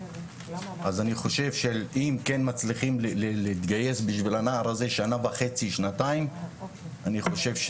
אז אני חושב שאם מצליחים להתגייס בשביל הנער הזה שנה וחצי,